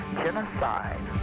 genocide